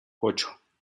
ocho